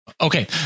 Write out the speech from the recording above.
Okay